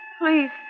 please